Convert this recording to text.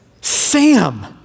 Sam